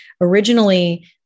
originally